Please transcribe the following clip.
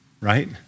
right